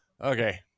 Okay